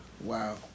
Wow